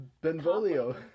Benvolio